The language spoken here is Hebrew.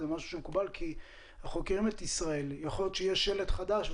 יכול להיות שיהיה שלט חדש,